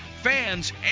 fans